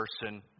person